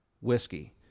whiskey